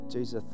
Jesus